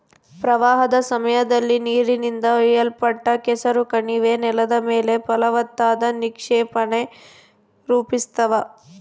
ಪ್ರವಾಹದ ಸಮಯದಲ್ಲಿ ನೀರಿನಿಂದ ಒಯ್ಯಲ್ಪಟ್ಟ ಕೆಸರು ಕಣಿವೆ ನೆಲದ ಮೇಲೆ ಫಲವತ್ತಾದ ನಿಕ್ಷೇಪಾನ ರೂಪಿಸ್ತವ